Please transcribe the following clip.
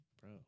bro